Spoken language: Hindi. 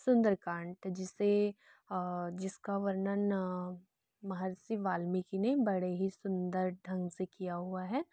सुंदरकांड जिसे जिसका वर्णन महर्षि वाल्मीकि ने बड़े ही सुंदर ढंग से किया हुआ है